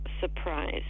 surprise